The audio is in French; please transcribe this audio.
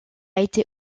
été